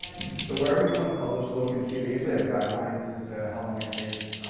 so wherever you want to publish, look and see. they usually have guidelines as to how long it takes.